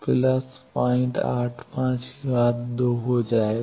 2 हो जाएगा